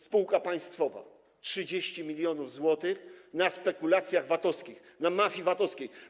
Spółka państwowa - 30 mln zł na spekulacjach VAT-owskich, na mafii VAT-owskiej.